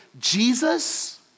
Jesus